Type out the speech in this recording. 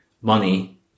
money